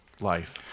Life